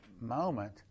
moment